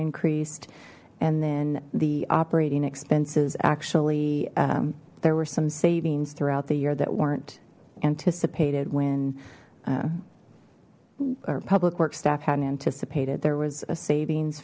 increased and then the operating expenses actually there were some savings throughout the year that weren't anticipated when our public works staff had anticipated there was a savings